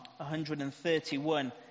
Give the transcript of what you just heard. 131